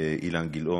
אילן גילאון,